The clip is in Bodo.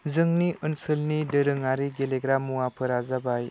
जोंनि ओनसोलनि दोरोङारि गेलेग्रा मुवाफोरा जाबाय